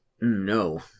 No